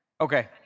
Okay